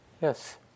Yes